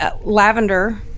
Lavender